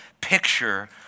picture